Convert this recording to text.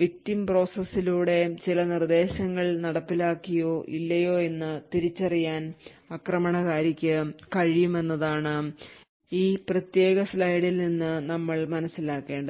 victim process ലൂടെ ചില നിർദ്ദേശങ്ങൾ നടപ്പിലാക്കിയോ ഇല്ലയോ എന്ന് തിരിച്ചറിയാൻ ആക്രമണകാരിക്ക് കഴിയുമെന്നതാണ് ഈ പ്രത്യേക സ്ലൈഡിൽ നിന്ന് നമ്മൾ മനസിലാക്കേണ്ടത്